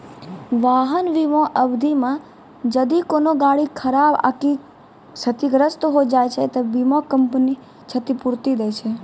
वाहन बीमा अवधि मे जदि कोनो गाड़ी खराब आकि क्षतिग्रस्त होय जाय छै त बीमा कंपनी क्षतिपूर्ति दै छै